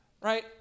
right